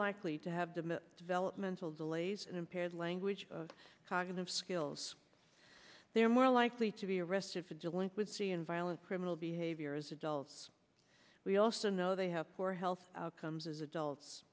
likely to have developmental delays and impaired language of cognitive skills they're more likely to be arrested for delinquency and violent criminal behavior as adults we also know they have poor health outcomes as adults